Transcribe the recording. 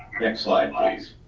next slide, please.